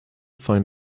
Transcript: find